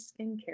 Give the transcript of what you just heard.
skincare